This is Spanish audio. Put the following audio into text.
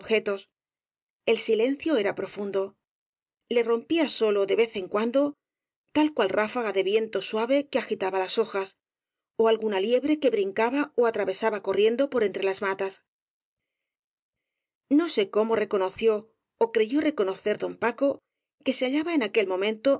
el silencio era profundo le rompía sólo de vez en cuando tal cual ráfaga de viento suave que agitaba las hojas ó alguna liebre que brincaba ó atravesaba corriendo por entre las matas no sé cómo reconoció ó creyó reconocer don paco que se hallaba en aquel momento